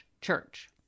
church